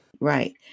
Right